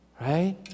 Right